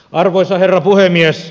arvoisa herra puhemies